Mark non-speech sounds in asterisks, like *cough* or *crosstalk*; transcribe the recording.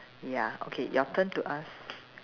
ya okay your turn to ask *noise*